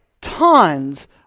tons